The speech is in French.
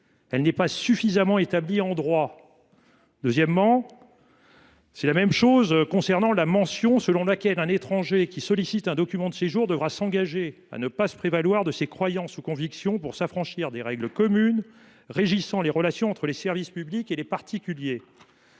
n’est pas suffisamment établie en droit. Le constat est le même pour la disposition selon laquelle un « étranger qui sollicite un document de séjour s’engage […] à ne pas se prévaloir de ses croyances ou convictions pour s’affranchir des règles communes régissant les relations entre les services publics et les particuliers